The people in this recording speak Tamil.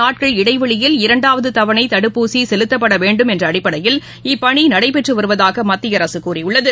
நாட்கள் இடைவெளியில் இரண்டாவது தவணை தடுப்பூசி செலுத்தப்பட வேண்டும் என்ற அடிப்படையில் இப்பணி நடைபெற்று வருவதாக மத்திய அரசு கூறியுள்ளது